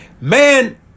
Man